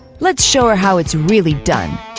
let's show her how it's really done!